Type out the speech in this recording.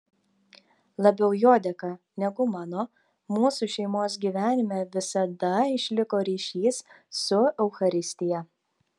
labiau jo dėka negu mano mūsų šeimos gyvenime visada išliko ryšys su eucharistija